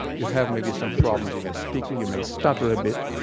you'll have maybe some problems even speaking, you may stutter a bit,